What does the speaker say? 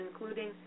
including